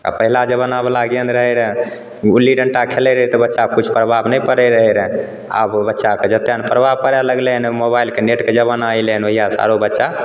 आ पहिला जबानाबला गेन्द रहै रऽ गुल्ली डण्टा खेलै रहै तऽ बच्चाके किछु प्रभाब नहि पड़ै रहै रऽ आब ओ बच्चाके जतेक ने प्रभाब पड़ै लगलै हन मोबाइलके नेटके जबाना अइलै हन ओहिआ से आरो बच्चा